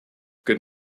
good